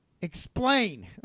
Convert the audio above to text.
Explain